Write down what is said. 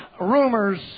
rumors